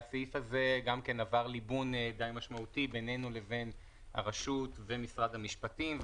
והסעיף הזה עבר ליבון די משמעותי בינינו לבין הרשות ומשרד המשפטים.